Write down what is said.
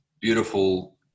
beautiful